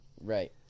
Right